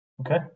okay